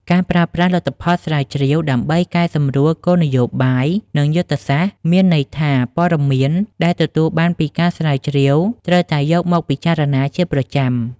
ការប្រើប្រាស់លទ្ធផលស្រាវជ្រាវដើម្បីកែសម្រួលគោលនយោបាយ និងយុទ្ធសាស្ត្រ មានន័យថាព័ត៌មានដែលទទួលបានពីការស្រាវជ្រាវត្រូវតែយកមកពិចារណាជាប្រចាំ។